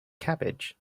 cabbage